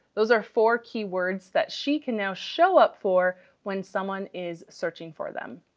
those are four key words that she can now show up for when someone is searching for them.